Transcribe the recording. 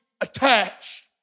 attached